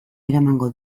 eramango